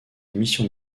mission